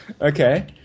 Okay